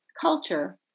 culture